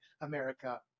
America